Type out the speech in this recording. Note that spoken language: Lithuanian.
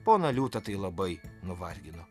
poną liūtą tai labai nuvargino